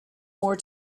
more